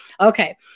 Okay